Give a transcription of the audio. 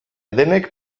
denek